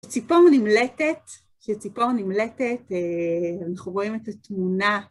כשציפור נמלטת, כשציפור נמלטת, אנחנו רואים את התמונה.